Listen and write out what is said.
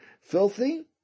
filthy